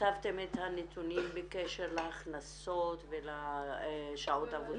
הוספתם את הנתונים בקשר להכנסות ולשעות עבודה.